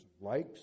likes